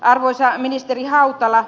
arvoisa ministeri hautala